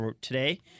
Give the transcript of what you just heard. Today